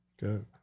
Good